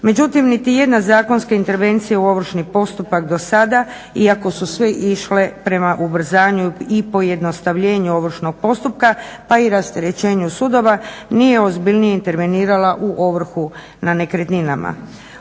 Međutim, niti jedna zakonska intervencija u ovršni postupak do sada iako su sve išle prema ubrzanju i pojednostavljenju ovršnog postupka pa i rasterećenju sudova nije ozbiljnije intervenirala u ovrhu na nekretninama.